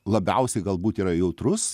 labiausiai galbūt yra jautrus